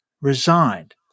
resigned